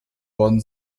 worden